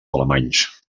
alemanys